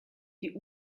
die